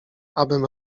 abym